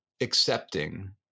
accepting